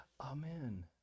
Amen